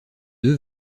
œufs